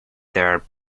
there